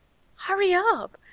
hurry up,